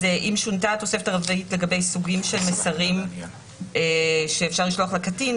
אם שונתה התוספת הרביעית לגבי סוגים של מסרים שאפשר לשלוח לקטין,